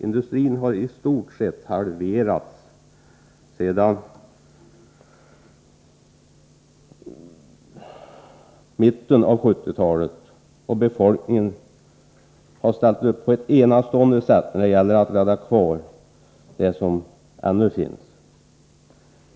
Industrin har i stort sett halverats sedan mitten av 1970-talet, och befolkningen har ställt upp på ett enastående sätt för att rädda de kvarvarande arbetsplatserna.